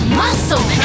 muscle